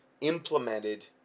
implemented